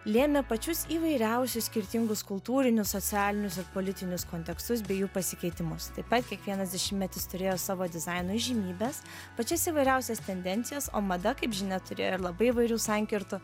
lėmė pačius įvairiausius skirtingus kultūrinius socialinius ir politinius kontekstus bei jų pasikeitimus taip pat kiekvienas dešimtmetis turėjo savo dizaino įžymybes pačias įvairiausias tendencijas o mada kaip žinia turėjo labai įvairių sankirtų